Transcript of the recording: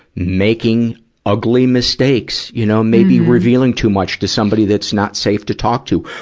making ugly mistakes, you know. maybe revealing too much to somebody that's not safe to talk to.